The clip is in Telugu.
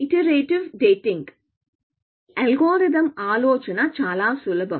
ఈ అల్గోరిథం ఆలోచన చాలా సులభం